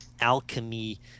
alchemy